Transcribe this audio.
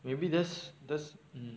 maybe this this